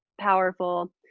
powerful